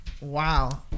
wow